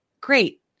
great